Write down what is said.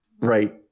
Right